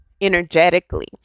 energetically